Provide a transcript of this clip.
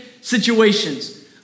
situations